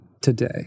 today